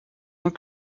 ans